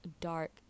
dark